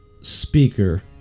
speaker